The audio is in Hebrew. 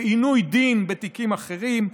ולעינוי דין בתיקים אחרים.